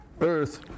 earth